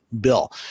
bill